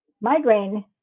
migraine